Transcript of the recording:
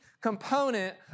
component